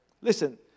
Listen